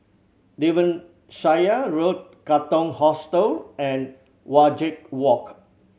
Devonshire Road Katong Hostel and Wajek Walk